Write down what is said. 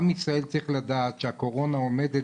עם ישראל צריך לדעת שהקורונה עומדת